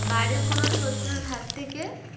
বাইরের কোনো শত্রুর হাত থেকে